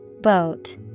Boat